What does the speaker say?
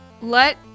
let